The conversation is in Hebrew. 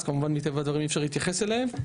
כמובן מטבע הדברים אי אפשר להתייחס אליהם.